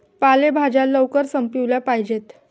पालेभाज्या लवकर संपविल्या पाहिजेत